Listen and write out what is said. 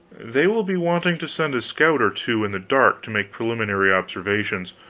they will be wanting to send a scout or two in the dark to make preliminary observations.